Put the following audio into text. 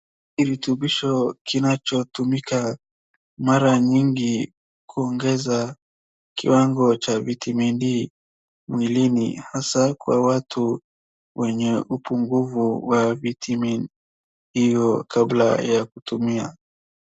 Kirutumbisho kinachotumika mara nyingi kuongeza kiwango cha viatmin D mwilini hasa kwa watu wenye upungufu wa vitamin hiyo kabla ya kutumia.